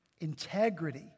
integrity